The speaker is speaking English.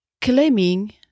Claiming